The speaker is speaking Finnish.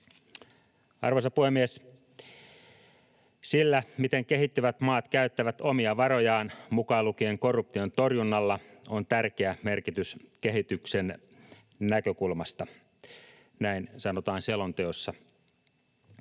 Arvoisa puhemies! ”Sillä, miten kehittyvät maat käyttävät omia varojaan, mukaan lukien korruption torjunnalla, on tärkeä merkitys kehityksen näkökulmasta.” Näin sanotaan selonteossa.